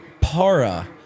Para